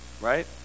right